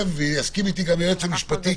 ויסכים אתי גם היועץ המשפטי,